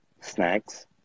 snacks